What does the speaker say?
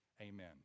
Amen